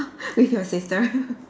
with your sister